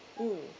mm